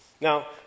Now